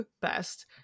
best